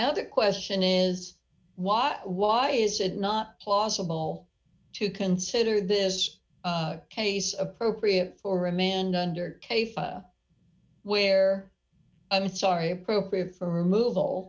other question is why why is it not plausible to consider this case appropriate for amanda under case where i'm sorry appropriate for move all